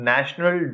National